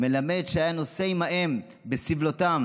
"מלמד שהיה נושא עימהן בסבלותם.